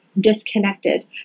disconnected